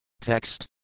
Text